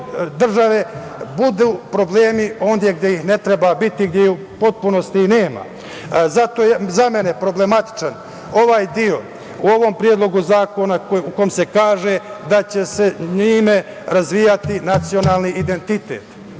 države, budu problemi tamo gde ih ne treba biti i gde ih u potpunosti nema.Za mene je problematičan onaj deo u Predlogu zakona u kome se kaže da će se njime razvijati nacionalni identitet.